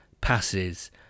passes